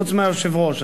חוץ מהיושב-ראש.